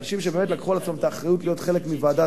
אנשים שלקחו על עצמם את האחריות להיות חלק מוועדת-טרכטנברג,